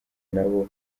n’abo